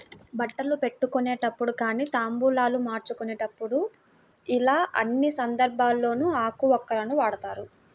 బట్టలు పెట్టుకునేటప్పుడు గానీ తాంబూలాలు మార్చుకునేప్పుడు యిలా అన్ని సందర్భాల్లోనూ ఆకు వక్కలను వాడతారు